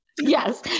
Yes